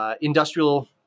industrial